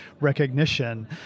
recognition